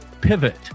pivot